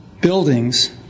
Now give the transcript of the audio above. buildings